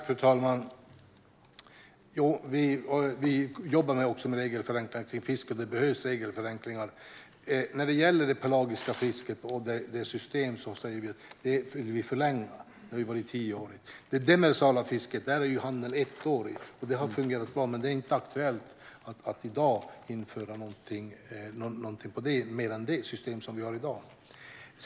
Fru talman! Vi jobbar med regelförenklingar för fisket, för det behövs. Vi vill förlänga systemet för det pelagiska fisket. Det är tioårigt. När det gäller det demersala fisket är handeln ettårig, och det har fungerat bra. Det är inte aktuellt att i dag införa något annat än det system vi har i dag.